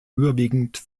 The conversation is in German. überwiegend